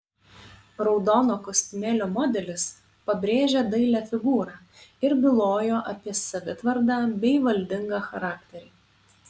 raudono kostiumėlio modelis pabrėžė dailią figūrą ir bylojo apie savitvardą bei valdingą charakterį